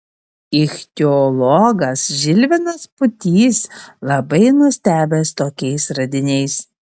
ichtiologas žilvinas pūtys labai nustebęs tokiais radiniais